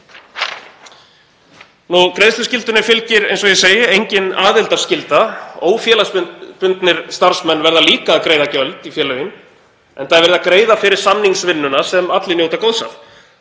Greiðsluskyldunni fylgir engin aðildarskylda. Ófélagsbundnir starfsmenn verða líka að greiða gjöld í félögin enda er verið að greiða fyrir samningsvinnuna sem allir njóta góðs af.